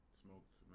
smoked